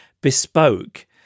bespoke